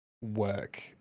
work